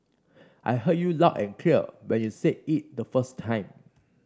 I heard you loud and clear when you said it the first time